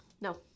no